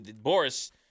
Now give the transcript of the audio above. Boris